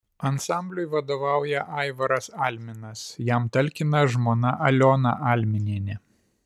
ansambliui vadovauja aivaras alminas jam talkina žmona aliona alminienė